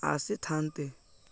ଆସିଥାନ୍ତି